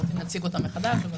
נציג אותן מחדש, אבל